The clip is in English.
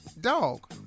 Dog